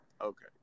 okay